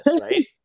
right